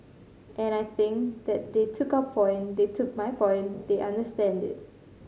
and I think that they took our point they took my point they understand it